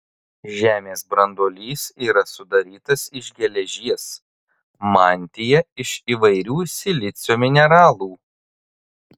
žemės branduolys yra sudarytas iš geležies mantija iš įvairių silicio mineralų